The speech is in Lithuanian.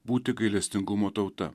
būti gailestingumo tauta